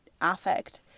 affect